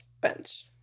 Bench